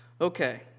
Okay